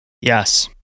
yes